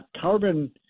carbon